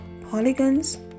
Polygons